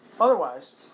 Otherwise